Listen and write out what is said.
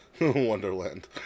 Wonderland